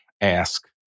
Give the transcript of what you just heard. ask